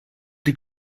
die